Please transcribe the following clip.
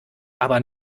aber